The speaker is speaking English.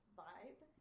vibe